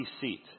seat